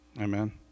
Amen